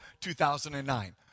2009